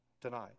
tonight